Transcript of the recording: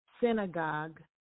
synagogue